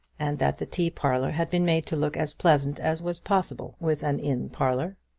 and that the tea parlour had been made to look as pleasant as was possible with an inn parlour.